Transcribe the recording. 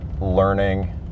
learning